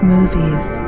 Movies